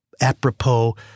apropos